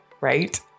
right